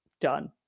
done